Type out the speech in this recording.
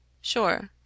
Sure